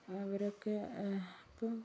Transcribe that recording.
അവരൊക്കെ ഇപ്പൊൾ